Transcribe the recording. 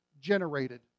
generated